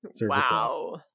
Wow